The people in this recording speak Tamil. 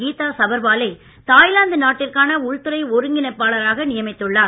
கீதா சபர்வா லை தாய்லாந்து நாட்டிற்கான உள்ளுறை ஒருங்கிணைப்பாளராக நியமித்துள்ளார்